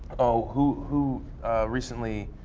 oh who, who recently